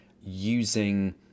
using